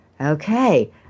okay